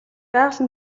байгаль